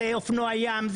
זה אופנוע ים,